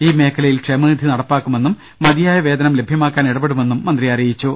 ഈ മേഖലയിൽ ക്ഷേമനിധി നടപ്പാക്കു മെന്നും മതിയായ വേതനം ലഭ്യമാക്കാൻ ഇടപെടുമെന്നും മന്ത്രി പറഞ്ഞു